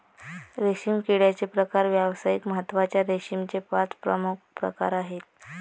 रेशीम किड्याचे प्रकार व्यावसायिक महत्त्वाच्या रेशीमचे पाच प्रमुख प्रकार आहेत